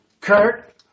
Kurt